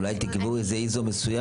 אולי תקבעו איזה ISO מסוים.